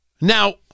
Now